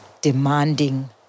demanding